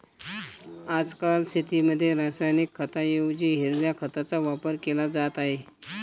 आजकाल शेतीमध्ये रासायनिक खतांऐवजी हिरव्या खताचा वापर केला जात आहे